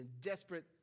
desperate